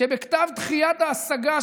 שבכתב דחיית ההשגה,